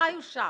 חיו שם,